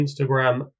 Instagram